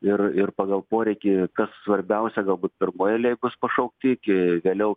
ir ir pagal poreikį kas svarbiausia galbūt pirmoj eilėj bus pašaukti iki vėliau